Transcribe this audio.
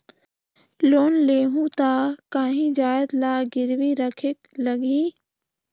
Loan लेहूं ता काहीं जाएत ला गिरवी रखेक लगही?